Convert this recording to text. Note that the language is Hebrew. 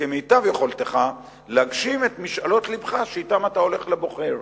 כמיטב יכולתך להגשים את משאלות לבך שאתן אתה הולך לבוחר.